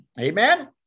Amen